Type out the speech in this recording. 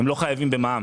המלכ"רים לא חייבים במע"מ.